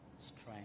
strength